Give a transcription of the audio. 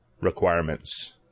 requirements